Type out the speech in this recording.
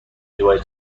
باید